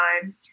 time